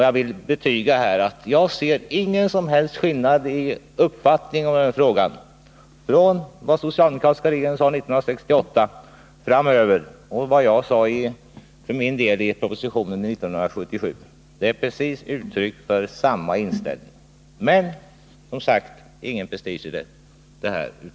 Jag vill betyga att jag inte ser någon som helst skillnad i uppfattning i den här frågan mellan vad den socialdemokratiska regeringen sade 1968 och vad jag sade i propositionen 1977. Det är uttryck för precis samma inställning men, som sagt, ingen prestige i det här!